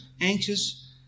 anxious